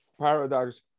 paradox